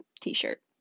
t-shirt